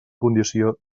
condició